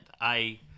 I-